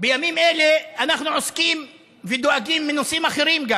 בימים אלה אנחנו עוסקים ודואגים גם בנושאים אחרים: